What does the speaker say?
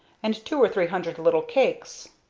and two or three hundred little cakes.